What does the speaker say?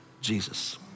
Jesus